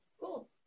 cool